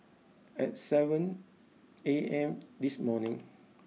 at seven A M this morning